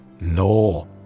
No